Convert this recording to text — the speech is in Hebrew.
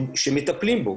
שמטפלים בו.